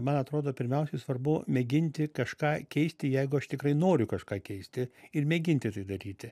man atrodo pirmiausiai svarbu mėginti kažką keisti jeigu aš tikrai noriu kažką keisti ir mėginti tai daryti